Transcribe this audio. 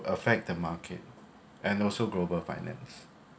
affect the market and also global finance